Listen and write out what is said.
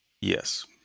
Yes